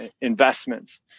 investments